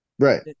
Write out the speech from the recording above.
Right